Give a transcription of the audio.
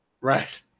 right